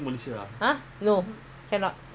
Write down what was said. you must buy coupon